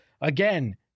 again